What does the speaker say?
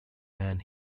man